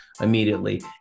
immediately